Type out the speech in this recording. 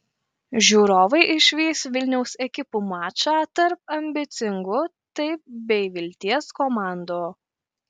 žiūrovai išvys vilniaus ekipų mačą tarp ambicingų taip bei vilties komandų